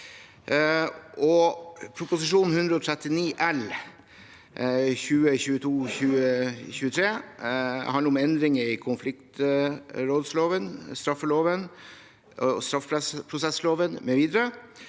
Prop. 139 L for 2022–2023 handler om endringer i konfliktrådsloven, straffeloven og straffeprosessloven mv.